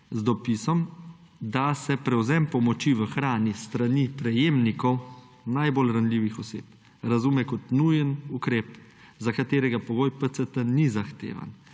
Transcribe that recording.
z dopisom, da se prevzem pomoči v hrani s strani prejemnikov, najbolj ranljivih oseb, razume kot nujen ukrep, za katerega pogoj PCT ni zahtevan.